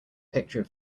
picture